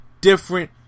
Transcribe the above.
different